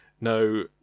No